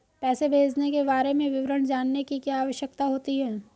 पैसे भेजने के बारे में विवरण जानने की क्या आवश्यकता होती है?